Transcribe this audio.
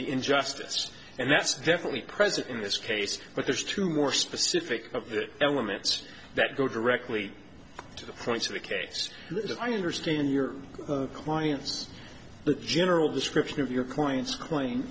injustice and that's definitely present in this case but there's two more specific of the elements that go directly to the points of the case that i understand your client's the general description of your coins claim